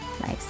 nice